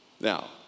now